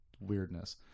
weirdness